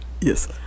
Yes